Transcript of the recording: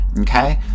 okay